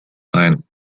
rein